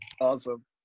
Awesome